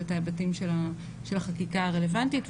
ואת ההיבטים של החקיקה הרלבנטית.